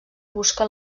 busca